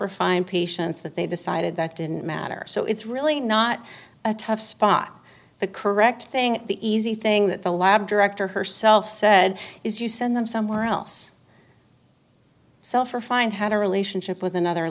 refined patients that they decided that didn't matter so it's really not a tough spot the correct thing the easy thing that the lab director herself said is you send them somewhere else sell for find had a relationship with another